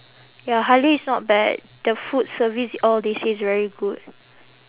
ya Halia is not bad the food service all they say is very good